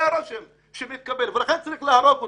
זה הרושם שמתקבל, ולכן צריך להרוג אותם,